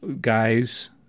Guys